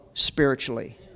spiritually